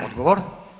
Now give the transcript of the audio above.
Odgovor.